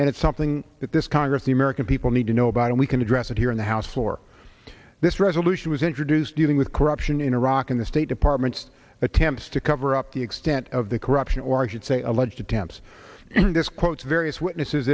and it's something that this congress the american people need to know about and we can address it here in the house floor this resolution was introduced dealing with corruption in iraq in the state department's attempts to cover up the extent of the corruption or i should say alleged attempts to disclose various witnesses